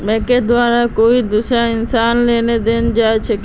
बैंकेर द्वारे कोई दूसरा इंसानक लोन स्टेटमेन्टक नइ दिखाल जा छेक